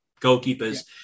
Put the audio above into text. goalkeepers